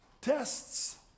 Tests